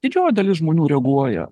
didžioji dalis žmonių reaguoja